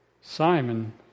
Simon